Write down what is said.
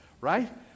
Right